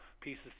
pieces